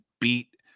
beat